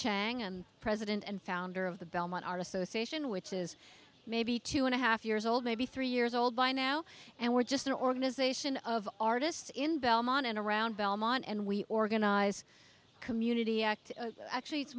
chang and president and founder of the belmont art association which is maybe two and a half years old maybe three years old by now and we're just an organization of artists in belmont and around belmont and we organize a community act actually it's